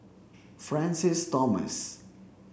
Francis Thomas